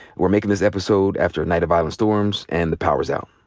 we're making this episode after a night of violent storms, and the power's out.